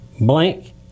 blank